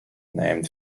named